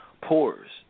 pores